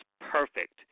perfect